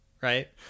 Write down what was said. right